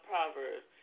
Proverbs